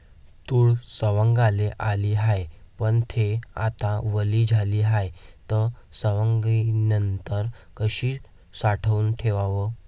तूर सवंगाले आली हाये, पन थे आता वली झाली हाये, त सवंगनीनंतर कशी साठवून ठेवाव?